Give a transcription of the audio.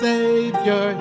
Savior